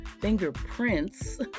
fingerprints